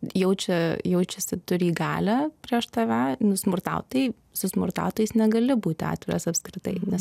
jaučia jaučiasi turį galią prieš tave nu smurtautojai su smurtautojais negali būti atviras apskritai nes